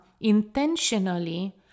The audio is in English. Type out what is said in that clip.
intentionally